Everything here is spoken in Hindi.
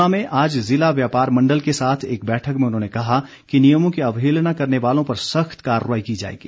ऊना में आज जिला व्यापार मण्डल के साथ एक बैठक में उन्होंने कहा कि नियमों की अवहेलना करने वालों पर सख्त कार्रवाई की जाएगी